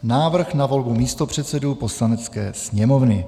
Návrh na volbu místopředsedů Poslanecké sněmovny